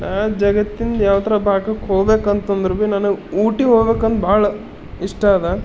ನಾ ಜಗತ್ತಿಂದು ಯಾವುದರ ಭಾಗಕ್ಕೆ ಹೋಗ್ಬೇಕು ಅಂತಂದ್ರೆ ಬಿ ನನಗೆ ಊಟಿಗೆ ಹೋಗ್ಬೇಕಂದು ಭಾಳ ಇಷ್ಟ ಅದ